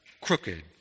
crooked